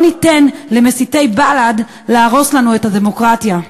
לא ניתן למסיתי בל"ד להרוס לנו את הדמוקרטיה.